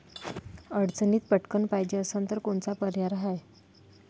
अडचणीत पटकण पायजे असन तर कोनचा पर्याय हाय?